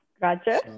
gotcha